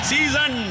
Season